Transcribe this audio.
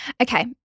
Okay